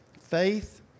faith